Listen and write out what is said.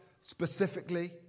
specifically